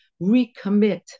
recommit